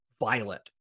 violent